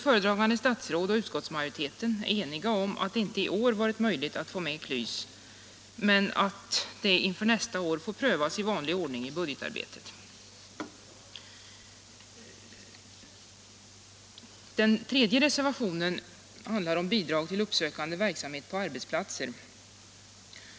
Föredragande statsråd och utskottsmajoriteten är eniga om att det i år inte varit möjligt att få med KLYS men att en förnyad ansökan inför nästa år får prövas i vanlig ordning i budgetarbetet. Den tredje reservationen handlar om bidrag till uppsökande verksamhet på arbetsplatser.